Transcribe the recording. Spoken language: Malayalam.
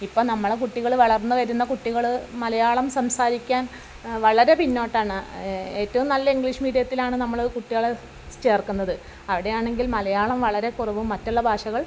ഇപ്പം നമ്മുടെ കുട്ടികൾ വളർന്ന് വരുന്ന കുട്ടികൾ മലയാളം സംസാരിക്കാൻ വളരെ പിന്നോട്ടാണ് ഏറ്റവും നല്ല ഇംഗ്ലീഷ് മീഡിയത്തിലാണ് നമ്മള് കുട്ടികളെ സ് ചേർക്കുന്നത് അവിടെയാണെങ്കിൽ മലയാളം വളരെ കുറവും മറ്റുള്ള ഭാഷകൾ